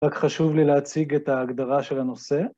רק חשוב לי להציג את ההגדרה של הנושא.